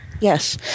Yes